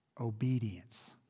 obedience